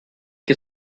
que